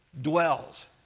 dwells